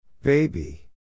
Baby